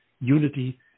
unity